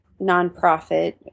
nonprofit